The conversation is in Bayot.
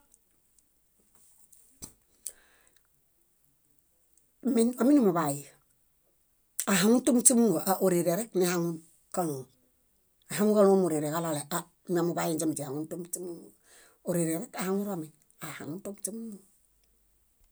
Min ominuḃayi ahaŋunuto muśe múlu múlu aa órere rek nihaŋun káloom. Aihaŋun káloomorereġaɭale aɂ miamuḃainźemi źihaŋunuto muśe múlu múlu, órere rek ohaŋuromin, aahaŋunuto muśe múlu múlu.